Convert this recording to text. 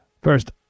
First